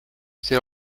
see